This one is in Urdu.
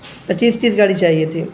پچیس تیس گاڑی چاہیے تھی